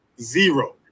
Zero